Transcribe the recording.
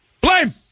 blame